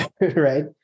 right